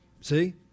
See